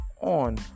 on